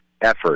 effort